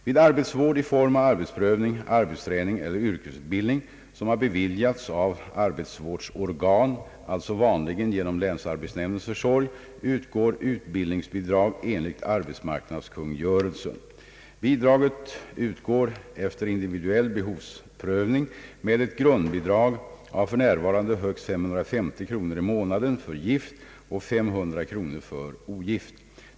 Vid arbetsvård i form av arbetsprövning, arbetsträning eller yrkesutbildning, som har beviljats av arbetsvårdsorgan, alltså vanligen genom länsarbetsnämndens försorg, utgår utbildningsbidrag enligt arbetsmarknadskungörelsen. Bidraget utgår efter individuell behovsprövning med ett grundbidrag av f.n. högst 550 kronor i månaden för gift och 500 kronor för ogift.